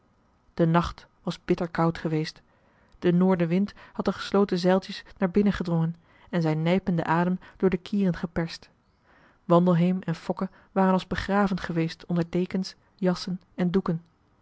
de nacht was bitter koud geweest de noordenwind had de gesloten zeiltjes naar binnen gedrongen en zijn nijpenden adem door de kieren geperst wandelheem en marcellus emants een drietal novellen fokke waren als begraven geweest onder dekens jassen en doeken